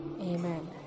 Amen